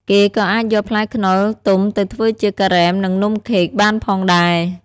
គេក៏អាចយកផ្លែខ្នុរទុំទៅធ្វើជា ការ៉េម និង នំខេក បានផងដែរ។